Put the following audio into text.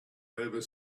over